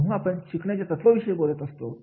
जेव्हा आपण शिकण्याच्या तत्वा विषयी बोलत असतो